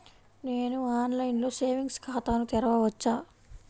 నేను ఆన్లైన్లో సేవింగ్స్ ఖాతాను తెరవవచ్చా?